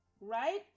Right